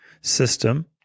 system